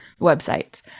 websites